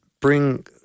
bring